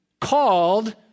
called